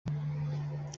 kamonyi